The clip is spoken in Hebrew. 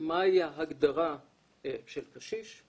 מהי הגדרה של קשיש.